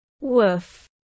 Woof